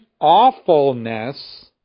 awfulness